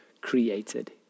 created